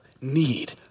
need